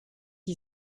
qui